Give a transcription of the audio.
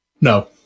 No